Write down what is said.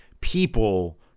people